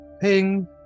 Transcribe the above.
Ping